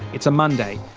it's a monday.